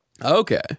Okay